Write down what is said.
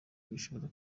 gishobora